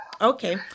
Okay